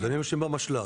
המוקדנים יושבים במשל"ט.